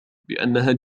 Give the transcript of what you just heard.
بأنها